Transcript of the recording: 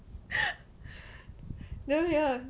damn young